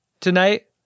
tonight